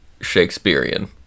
Shakespearean